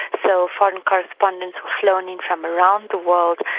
and so foreign correspondents were flown in from around the world,